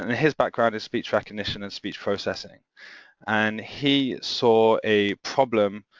his background is speech recognition and speech processing and he saw a problem